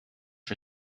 for